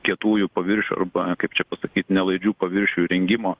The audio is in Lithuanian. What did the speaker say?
kietųjų paviršių arba kaip čia pasakyt nelaidžių paviršių įrengimo